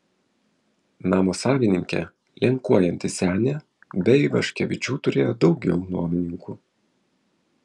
namo savininkė lenkuojanti senė be ivaškevičių turėjo daugiau nuomininkų